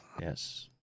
Yes